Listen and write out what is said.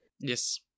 Yes